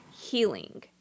healing